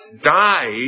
died